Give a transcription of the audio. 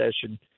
session